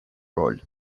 роль